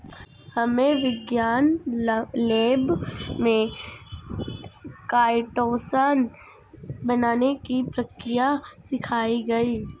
हमे विज्ञान लैब में काइटोसान बनाने की प्रक्रिया सिखाई गई